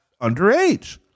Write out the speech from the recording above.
underage